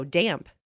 damp